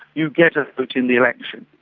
you get a vote in the election.